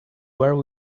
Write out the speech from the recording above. where